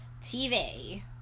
TV